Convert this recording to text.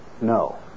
No